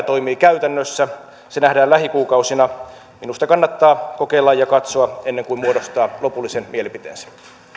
toimii käytännössä se nähdään lähikuukausina minusta kannattaa kokeilla ja katsoa ennen kuin muodostaa lopullisen mielipiteensä